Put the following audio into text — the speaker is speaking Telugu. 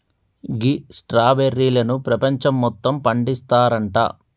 గీ స్ట్రాబెర్రీలను పెపంచం మొత్తం పండిస్తారంట